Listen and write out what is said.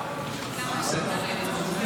רגע, אני מתעמק בתורתו של רבי חיים.